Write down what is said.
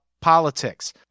politics